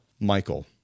Michael